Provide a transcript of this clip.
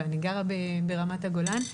ואני גרה ברמת הגולן.